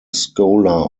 scholar